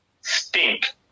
stink